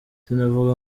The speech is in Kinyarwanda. sinavuga